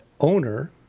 owner